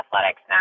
athletics